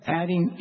adding